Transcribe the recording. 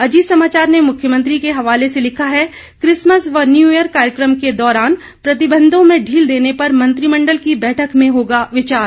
अजीत समाचार ने मुख्यमंत्री के हवाले से लिखा है किसमस व न्यू ईयर कार्यक्रम के दौरान प्रतिबंधों में ढील देने पर मंत्रिमंडल की बैठक में होगा विचार